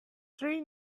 three